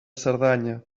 cerdanya